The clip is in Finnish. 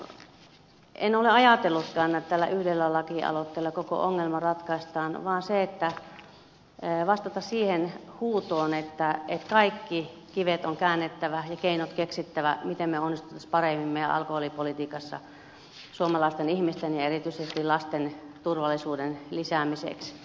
elikkä en ole ajatellutkaan että tällä yhdellä lakialoitteella koko ongelma ratkaistaan vaan tarkoitus on vastata siihen huutoon että kaikki kivet on käännettävä ja keinot keksittävä miten me onnistuisimme paremmin meidän alkoholipolitiikassamme suomalaisten ihmisten ja erityisesti lasten turvallisuuden lisäämiseksi